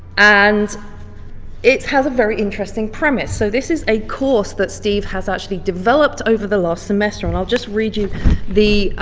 and it has a very interesting premise. so this is a course that steve has actually developed over the last semester and i'll just read you the